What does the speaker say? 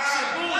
תחשבו,